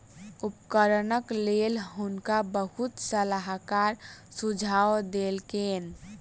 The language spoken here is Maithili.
उपकरणक लेल हुनका बहुत सलाहकार सुझाव देलकैन